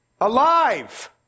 alive